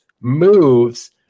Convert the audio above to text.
moves